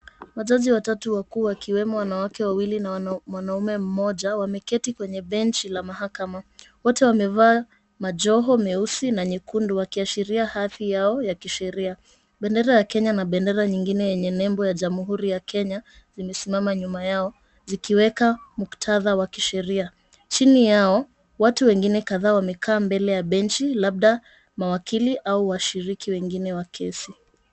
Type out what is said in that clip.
Wazazi watatu wakuu wakiwemo wanawake wawili na mwanaume mmoja wameketi kwenye benchi la mahakama. Wote wamevaa majoho meusi na mekundu wakiashiria hadhi yao ya kisheria. Bendera ya Kenya na bendera nyingine yenye nembo ya jamhuri ya Kenya zimesimama nyuma yao zikiweka muktadha wa kisheria. Chini yao watu wengine kadhaa wamekaa mbele ya benchi labda mawakili au washiriki wengine wa kesi.